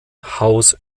haus